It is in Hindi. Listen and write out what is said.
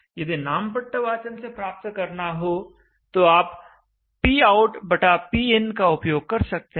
यदि नामपट्ट वाचन से प्राप्त करना हो तो आप PoutPin का उपयोग कर सकते हैं